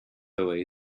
away